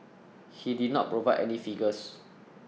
he did not provide any figures